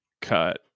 cut